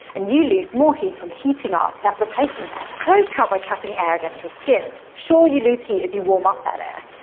and you lose more heat from heating up that replacement air. clothes help by trapping air against your skin. sure, you lose heat as you warm up that air,